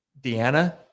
Deanna